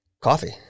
Coffee